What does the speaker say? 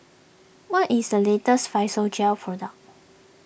what is the latest Physiogel product